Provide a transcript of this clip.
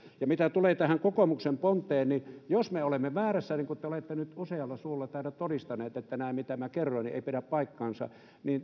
ja mitä tulee tähän kokoomuksen ponteen niin jos me olemme väärässä niin kuin te olette nyt usealla suulla täällä todistaneet että nämä mitä minä kerroin eivät pidä paikkaansa